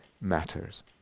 matters